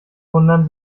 wundern